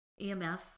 EMF